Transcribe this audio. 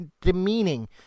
demeaning